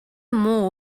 муу